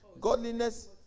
Godliness